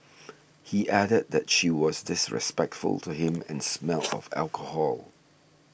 he added that she was disrespectful to him and smelled of alcohol